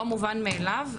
לא מובן מאליו,